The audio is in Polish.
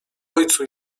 ojcu